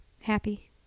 happy